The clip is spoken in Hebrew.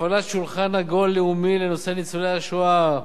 הפעלת שולחן עגול לאומי לנושא ניצולי השואה,